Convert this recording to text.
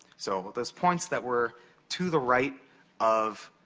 so, those points that were to the right of